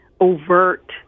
overt